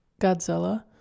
Godzilla